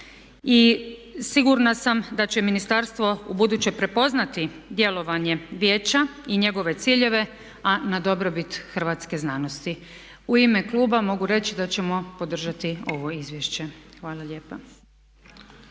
i sigurna sam da će ministarstvo u buduće prepoznati djelovanje Vijeća i njegove ciljeve a na dobrobit hrvatske znanosti. U ime kluba mogu reći da ćemo podržati ovo izvješće. Hvala lijepa.